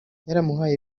yaramuhaye